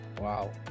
wow